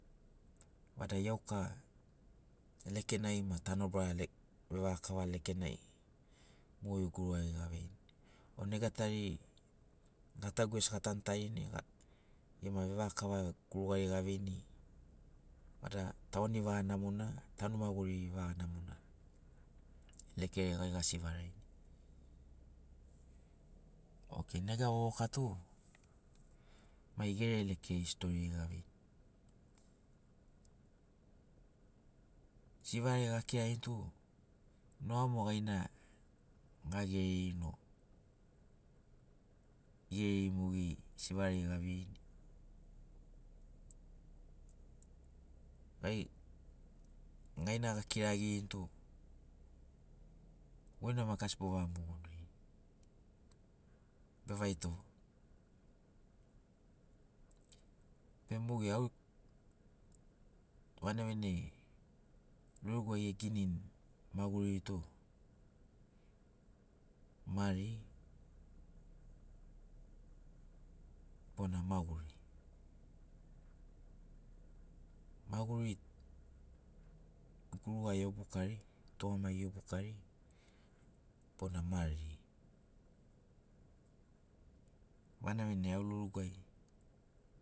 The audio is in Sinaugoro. Vada iauka lekenai ma tanobara le vevaga kava lekenai mogeri gurugari aveini o nega tari gatagu gesi gatantarini gema vevaga kava gurugari aveini vada tauani vaga namona tanu maguriri vaga namona lekeriai gai ga sivaraini okei nega vovoka tu mai gere lekeriai storiri gaveini sivarai akirarini tu noga mo gaina gagererini o geri mogeri sivarairi gaveini gai gaina akirarini tu goina maki asi bavaga mogoniani vevaitogo be mogeri au vanagi vanagi loruguai eginini maguriri tu mari bona maguri maguri guruga iobukari tugamagi iobukari bona mari vanagi vanagi au lorugu ai